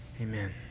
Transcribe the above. amen